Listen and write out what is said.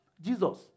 Jesus